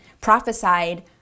prophesied